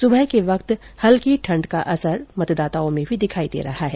सुबह के वक्त हल्की ठंड का असर मतदाताओं में भी दिखाई दे रहा है